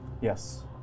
Yes